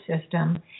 system